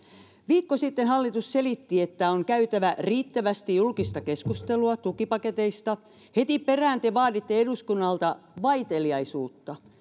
viikko sitten hallitus selitti että on käytävä riittävästi julkista keskustelua tukipaketeista heti perään te vaaditte eduskunnalta vaiteliaisuutta